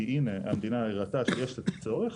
כי הנה המדינה הראתה שיש לה את הצורך,